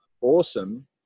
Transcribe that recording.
awesome